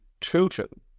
children